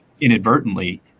inadvertently